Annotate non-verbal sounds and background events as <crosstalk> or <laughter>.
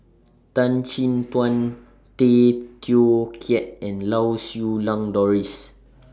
Tan Chin Tuan <noise> Tay Teow Kiat and Lau Siew Lang Doris